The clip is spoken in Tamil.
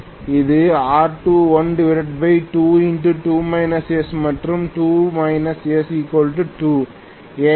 அது R212 மற்றும் 2 s2 ஏனெனில் s≈0